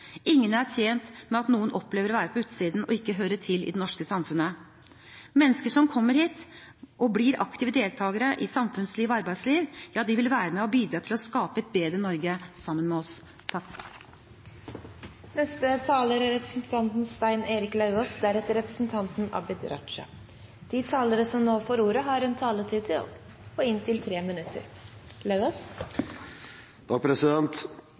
Ingen er tjent med at noen opplever å være på utsiden og ikke høre til i det norske samfunnet. Mennesker som kommer hit og blir aktive deltakere i samfunnsliv og arbeidsliv, vil være med og bidra til å skape et bedre Norge sammen med oss. De talere som heretter får ordet, har en taletid på inntil 3 minutter.